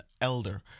elder